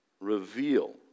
reveal